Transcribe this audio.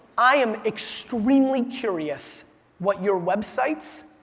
i am extremely curious what your websites,